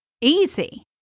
Easy